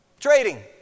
Trading